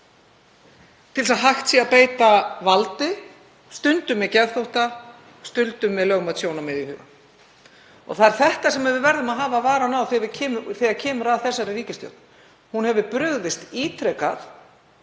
til að hægt sé að beita valdi, stundum með geðþótta, stundum með lögmæt sjónarmið í huga. Það er þarna sem við verðum að hafa varann á þegar kemur að þessari ríkisstjórn. Hún hefur brugðist ítrekað